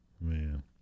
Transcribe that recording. man